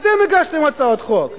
אתם הגשתם הצעות חוק.